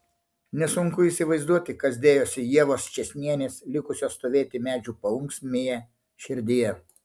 nesunku įsivaizduoti kas dėjosi ievos čėsnienės likusios stovėti medžių paunksmėje širdyje